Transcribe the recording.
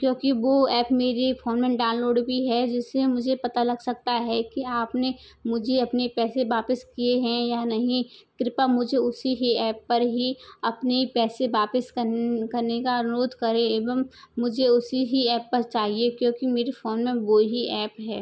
क्योंकि वो ऐप मेरी फौन में डाउनलोड भी है जिससे मुझे पता लग सकते है कि आपने मुझे अपने पैसे वापस किए हैं या नहीं कृपा मुझे उसी ही ऐप पर ही अपने पैसे वापस करने का अनुरोध करें एवं मुझे उसी ही ऐप पर चाहिए क्योंकि मेरी फ़ौन में वोही ऐप है